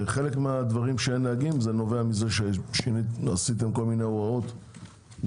חלק מהדברים שאין נהגים נובע מזה שעשיתם כל מיני הוראות לגבי